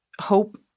hope